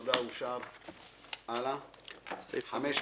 הצבעה בעד,